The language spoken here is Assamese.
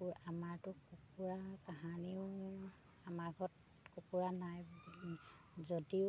কুকুৰ আমাৰতো কুকুৰা কাহানীও আমাৰ ঘৰত কুকুৰা নাই যদিও